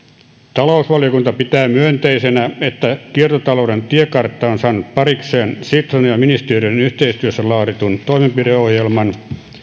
talousvaliokunta pitää myönteisenä että kiertotalouden tiekartta on saanut parikseen sitran ja ministeriöiden yhteistyössä laaditun toimenpideohjelman